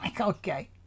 okay